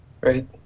Right